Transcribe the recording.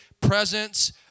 presence